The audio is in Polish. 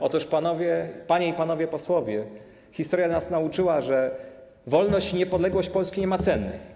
Otóż, panie i panowie posłowie, historia nas nauczyła, że wolność i niepodległość Polski nie mają ceny.